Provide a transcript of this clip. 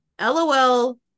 LOL